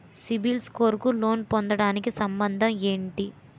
CIBIL score కు loan పొందటానికి సంబంధం ఏంటి?